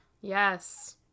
Yes